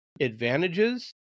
advantages